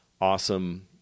awesome